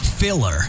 Filler